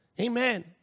Amen